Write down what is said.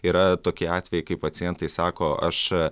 yra tokie atvejai kai pacientai sako aš